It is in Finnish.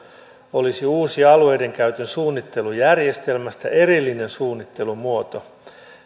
olisi uusi alueidenkäytön suunnittelujärjestelmästä erillinen suunnittelumuoto